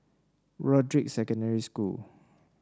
Broadrick Secondary School